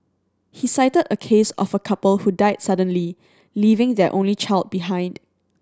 he cited a case of a couple who died suddenly leaving their only child behind